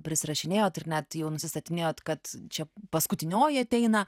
prisirašinėjot ir net jau nusistatinėjot kad čia paskutinioji ateina